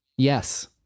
Yes